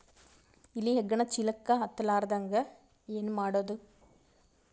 ಇಲಿ ಹೆಗ್ಗಣ ಚೀಲಕ್ಕ ಹತ್ತ ಲಾರದಂಗ ಏನ ಮಾಡದ?